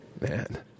man